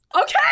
Okay